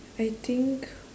I think